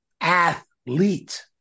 athlete